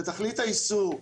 בתכלית האיסור,